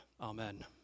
Amen